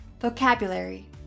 Vocabulary